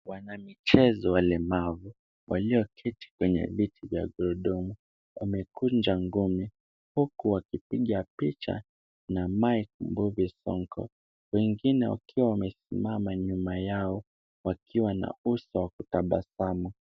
Wanamichezo walemavu walioketi kwenye viti vya magurudumu, wamekunja ngumi huku wakipiga picha na Mike Mbuvi Sonko, wengine wakiwa wamesimama nyuma yao wakiwa na uso wa kutabasamu.